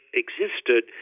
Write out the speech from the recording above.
existed